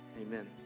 Amen